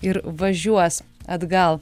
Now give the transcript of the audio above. ir važiuos atgal